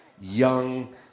young